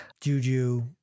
Juju